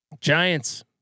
Giants